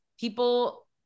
people